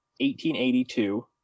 1882